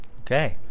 Okay